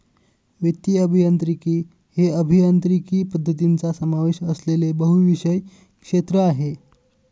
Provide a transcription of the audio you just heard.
वित्तीय अभियांत्रिकी हे अभियांत्रिकी पद्धतींचा समावेश असलेले बहुविषय क्षेत्र आहे